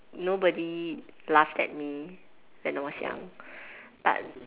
nobody laughed at me when I was young but